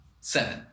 Seven